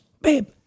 babe